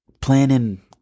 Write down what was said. planning